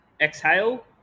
exhale